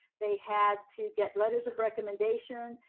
they had to get letters of recommendation,